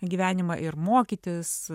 gyvenimą ir mokytis